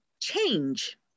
change